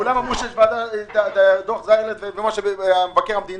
כולם אמרו שיש את דוח זיילר ואת דוח מבקר המדינה.